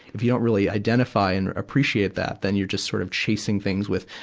if you don't really identify and appreciate that, then you're just sort of chasing things with,